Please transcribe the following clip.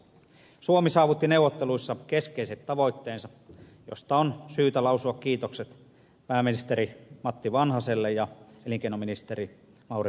suomi saavutti neuvotteluissa keskeiset tavoitteensa mistä on syytä lausua kiitokset pääministeri matti vanhaselle ja elinkeinoministeri mauri pekkariselle